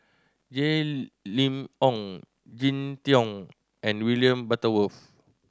Jay Lim Ong Jin Teong and William Butterworth